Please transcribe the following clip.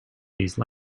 these